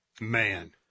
Man